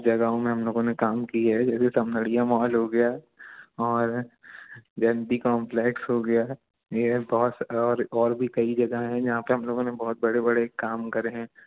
जगहों में हम लोगों ने काम किए हैं जैसे समदढ़िया मॉल हो गया और जयंती कॉम्प्लेक्स हो गया मेरे पास और और भी कई जगह हैं जहाँ पर हम लोगों ने बहुत बड़े बड़े काम करे हैं